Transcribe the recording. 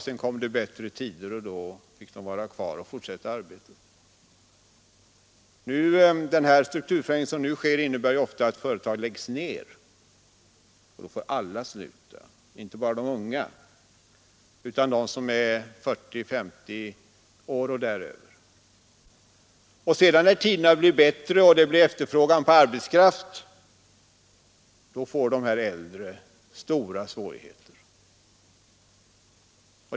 Sedan kom bättre tider och de gamla fick fortsätta sitt arbete. Den strukturomvandling som nu sker innebär ofta att företag läggs ned. Då får alla sluta, inte bara de unga utan också de som är 40—50 år och däröver. När tiderna sedan blir bättre och efterfrågan på arbetskraft uppstår, anställs de yngre medan de äldre får stora svårigheter.